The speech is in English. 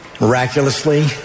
Miraculously